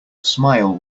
smile